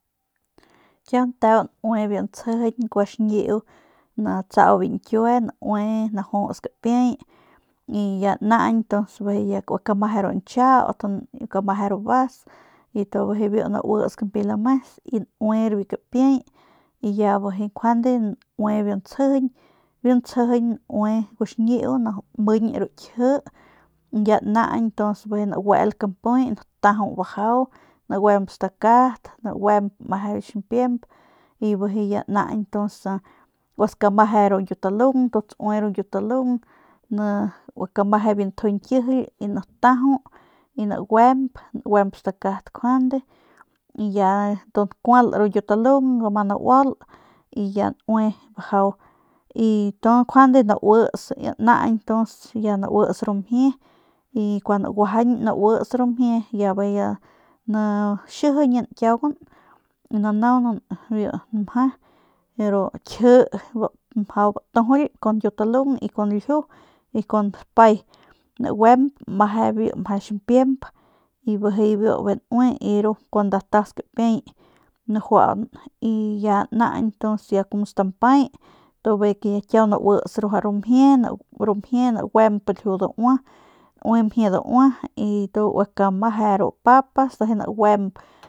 Kiau nteu naue biu ntsjijiñ gua xñiu natsau biu ñkiue naue najuts kapiey y ya naañ ntuns bijiy ya kagua kameje ru nchiaut kagua kameje ru vas y tu bijiy biu nauits biu kampiey lames y naue biu kapiey y ya bijiy njuande naue biu ntsjijiñ biu ntsjijiñ naue gua xñiu namiñ ru kji y ya naañ ntuns naguel campuy natajau bajau naguemp stakat naguemp meje biu ximpiemp y bijiy ya naañ kagua skameje nkilalung kagua kameje biu ntju ñkijily y natajau y naguemp naguemp naguemp stakat njuande y ya ntu nkual ru ñkiu talung nauul y ya naue bajau y tu njuande nauis y ya naañ nauits ru mjienaguajañ nauits ru mjie y bijiy ya naxijiñan kiauguan nanaunan biu nmje ru nji bajau batujuly kun ñkiutalung kun lju y con dapay naguemp meje biu ximpiemp y bijiy biu naue y kun nda tas kapiey najuaaun y ya naañ ntuns ya como stampay y bijiy ya kiaunaus ruaja ru mjie naguemp lju daua y naue mjie daua y tu kagua kameje ru papas y naguemp.